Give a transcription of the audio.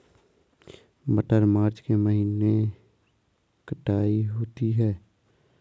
मटर मार्च के महीने कटाई होती है?